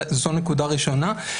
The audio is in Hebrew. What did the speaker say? זו נקודה ראשונה.